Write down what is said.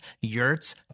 yurts